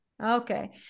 Okay